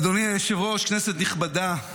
אדוני היושב-ראש, כנסת נכבדה,